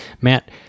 Matt